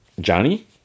Johnny